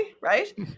Right